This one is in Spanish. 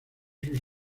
sus